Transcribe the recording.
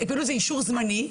הם מקבלים אישור זמני.